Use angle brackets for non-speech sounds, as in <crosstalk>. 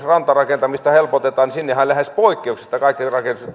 <unintelligible> rantarakentamista helpotetaan ja sinnehän lähes poikkeuksetta kaikki rakennukset tehdään